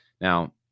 Now